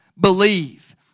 believe